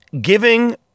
giving